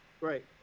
Right